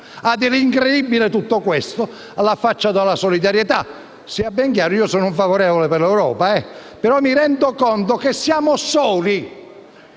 Ha dell'incredibile tutto questo: alla faccia della solidarietà! Sia ben chiaro, sono favorevole all'Europa, ma mi rendo conto che siamo soli.